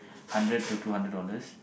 hundred to two hundred dollars